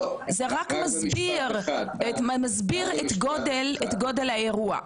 זה רק מסביר את גודל האירוע,